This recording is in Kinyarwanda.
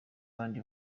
babandi